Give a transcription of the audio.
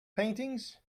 paintings